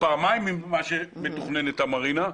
בפעמיים מאשר מתוכננת המרינה,